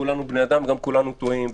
כולנו בני אדם וגם כולנו טועים,